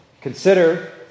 Consider